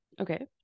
Okay